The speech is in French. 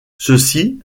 ceci